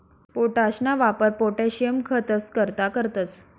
पोटाशना वापर पोटाशियम खतंस करता करतंस